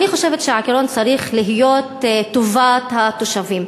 אני חושבת שהעיקרון צריך להיות טובת התושבים.